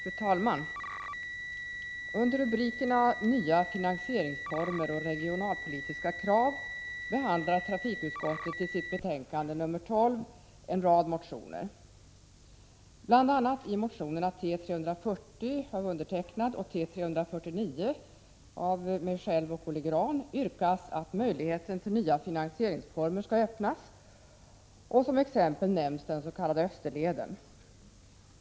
Fru talman! Under rubrikerna Nya finansieringsformer och Regionalpolitiska krav behandlar trafikutskottet i sitt betänkande nr 12 en rad motioner. Bl. a. i motionerna T340 av mig och T349 av mig tillsammans med Olle Grahn yrkas att möjligheten till nya finansieringsformer skall öppnas. Som exempel nämns den s.k. Österleden.